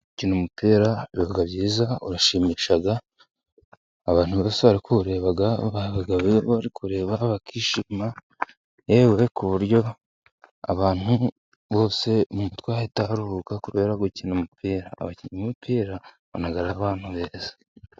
Gukina umupira biba byiza urashimisha, abantu bose bari kuwureba, baba bari kureba bakishima, yewe ku buryo abantu bose mu mutwe hahita haruhuka kubera gukina umupira, abakinnyi b'umupira baba ari abantu beza.